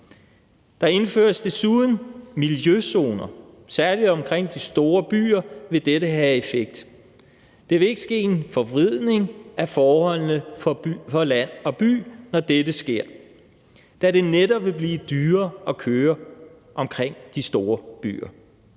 Der indføres desuden miljøzoner. Særlig omkring de store byer vil dette have en effekt. Der vil ikke ske en forvridning af forholdene for land og by, når dette sker, da det netop vil blive dyrere at køre omkring de store byer.